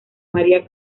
maría